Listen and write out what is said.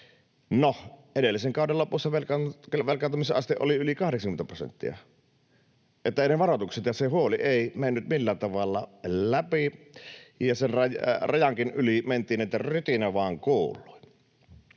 Noh, edellisen kauden lopussa velkaantumisaste oli yli 80 prosenttia. Että eivät ne varoitukset ja se huoli menneet millään tavalla läpi, ja sen rajankin yli mentiin niin, että rytinä vaan kuului.